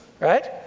right